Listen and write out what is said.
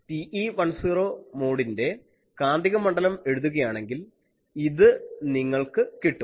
TE10 മോഡിന്റെ കാന്തികമണ്ഡലം എഴുതുകയാണെങ്കിൽ ഇത് നിങ്ങൾക്ക് കിട്ടും